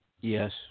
yes